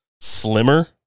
slimmer